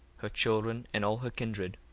her children, and all her kindred.